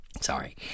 Sorry